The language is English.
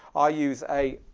ah use a,